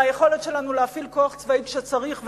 על היכולת שלנו להפעיל כוח צבאי כשצריך,